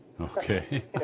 Okay